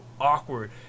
awkward